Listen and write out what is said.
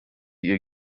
ihr